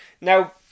Now